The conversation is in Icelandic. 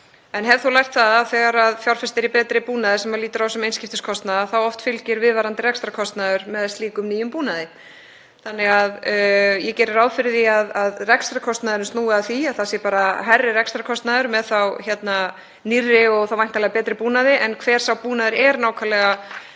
ég hef þó lært það að þegar fjárfest er í betri búnaði sem litið er á sem einskiptiskostnað þá fylgir oft viðvarandi rekstrarkostnaður slíkum nýjum búnaði. Þannig að ég geri ráð fyrir því að rekstrarkostnaðurinn snúi að því að það sé bara hærri rekstrarkostnaður með nýrri og þá væntanlega betri búnaði. Hver sá búnaður er nákvæmlega